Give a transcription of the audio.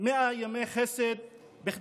או